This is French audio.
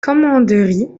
commanderie